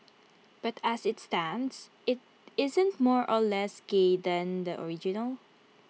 but as IT stands IT isn't more or less gay than the original